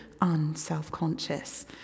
unselfconscious